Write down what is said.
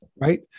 right